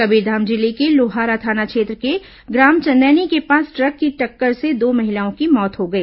कबीरधाम जिले के लोहारा थाना क्षेत्र के ग्राम चंदैनी के पास ट्रक की टक्कर से दो महिलाओं की मौत हो गई